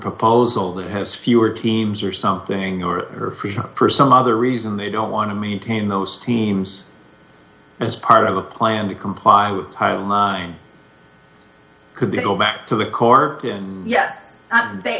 proposal that has fewer teams or something or person other reason they don't want to maintain those teams as part of a plan to comply with high line could they go back to the corp in yes they